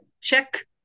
Check